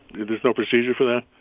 there's no procedure for that.